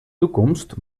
toekomst